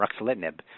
ruxolitinib